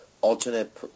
alternate